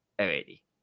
already